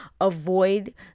avoid